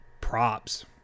props